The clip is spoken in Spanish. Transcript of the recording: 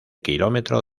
kilómetro